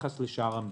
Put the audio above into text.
בהשוואה לשאר המדינות.